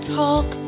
talk